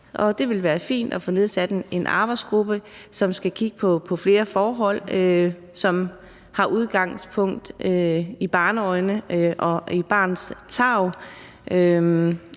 det ville være fint at få nedsat en arbejdsgruppe, som skal kigge på flere forhold, som skal ses med barnets øjne og have